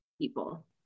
people